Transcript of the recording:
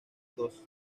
dos